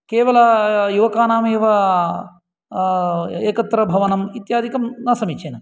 केवलं युवकानाम् एव एकत्रभवनम् इत्यादिकं न समीचीनम्